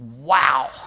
Wow